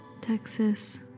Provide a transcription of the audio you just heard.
Texas